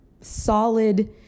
solid